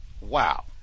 Wow